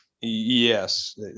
Yes